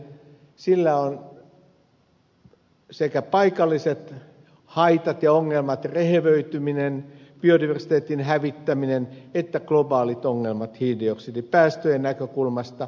sillä on sekä paikalliset haitat ja ongelmat rehevöityminen biodiversiteetin hävittäminen että globaalit ongelmat hiilidioksidipäästöjen näkökulmasta